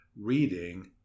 reading